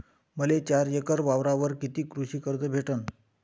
मले चार एकर वावरावर कितीक कृषी कर्ज भेटन?